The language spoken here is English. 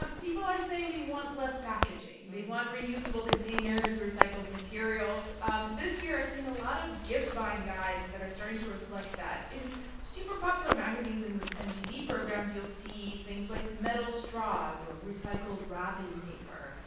um people are saying they want less packaging. they want reusable containers, recycled materials. um this year, i've seen a lot of gift-buying guides that are starting to reflect that. in super popular magazines and and tv programs, you'll see things like metal straws or recycled wrapping paper.